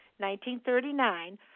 1939